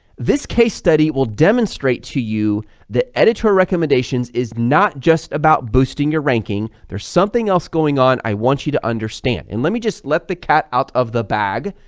this case study will demonstrate to you that editorial recommendations is not just about boosting your ranking, there's something else going on, i want you to understand and let me just let the cat out of the bag.